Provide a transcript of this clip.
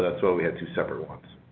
that's why we have two separate ones.